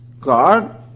God